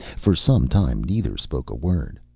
for some time neither spoke a word.